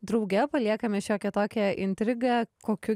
drauge paliekame šiokią tokią intrigą kokiu